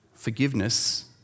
Forgiveness